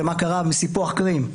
מה קרה בסיפוח קרים,